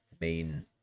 main